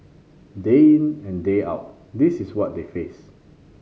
day in and day out this is what they face